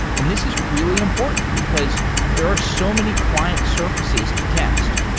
and this is really important, because there are so many client surfaces to test.